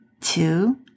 two